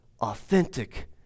authentic